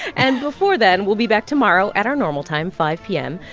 and before then, we'll be back tomorrow at our normal time, five p m.